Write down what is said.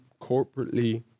corporately